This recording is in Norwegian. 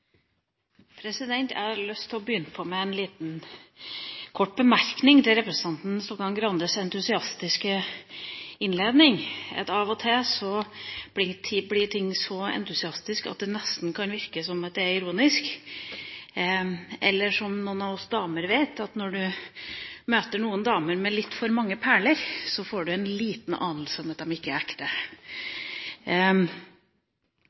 prosjekt. Jeg har lyst til å begynne med en kort bemerkning til representanten Stokkan-Grandes entusiastiske innledning. Av og til blir ting så entusiastisk at det nesten kan virke ironisk. Eller som noen av oss damer vet: Når du møter noen damer med litt for mange perler, får du en liten anelse om at de ikke er ekte.